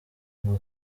ngo